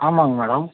ஆமாம்ங்க மேடம்